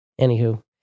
Anywho